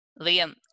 Liam